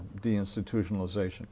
deinstitutionalization